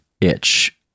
itch